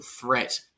threat